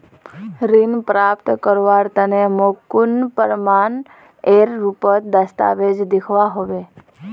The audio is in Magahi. ऋण प्राप्त करवार तने मोक कुन प्रमाणएर रुपोत दस्तावेज दिखवा होबे?